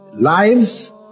lives